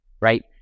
Right